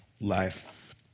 life